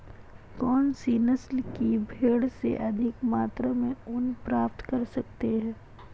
कौनसी नस्ल की भेड़ से अधिक मात्रा में ऊन प्राप्त कर सकते हैं?